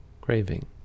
craving